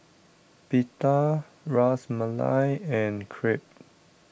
Pita Ras Malai and Crepe